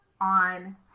on